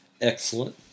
excellent